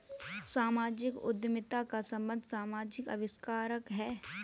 सामाजिक उद्यमिता का संबंध समाजिक आविष्कार से है